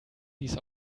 dies